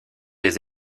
des